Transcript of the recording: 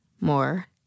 more